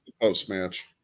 post-match